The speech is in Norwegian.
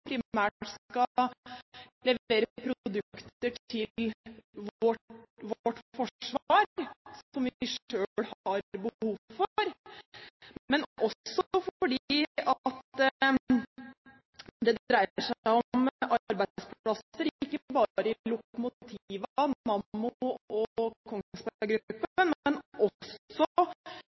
primært skal levere produkter til vårt forsvar som vi selv har behov for, men også fordi det dreier seg om arbeidsplasser ikke bare i lokomotivene Nammo og Kongsberg Gruppen, men også